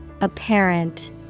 Apparent